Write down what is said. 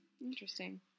Interesting